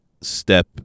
step